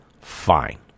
fine